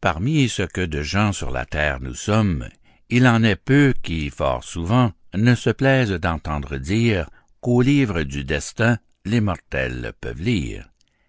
parmi ce que de gens sur la terre nous sommes il en est peu qui fort souvent ne se plaisent d'entendre dire qu'au livre du destin les mortels peuvent lire